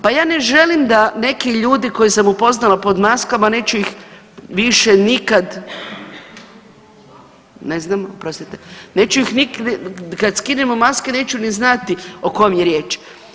Pa ja ne želim da neki ljudi koje sam upoznala pod maskama, neću ih više nikad, ne znam, oprostite, neću ih nikad, kad skinemo maske neću ni znati o kome je riječ.